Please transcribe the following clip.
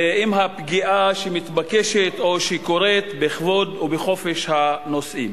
עם הפגיעה שמתבקשת או שקורית בכבוד ובחופש הנוסעים.